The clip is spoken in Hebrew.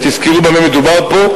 ותזכרו במה מדובר פה,